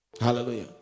Hallelujah